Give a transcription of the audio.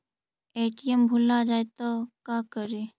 ATM भुला जाये त का करि?